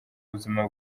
ubuzima